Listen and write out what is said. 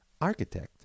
architect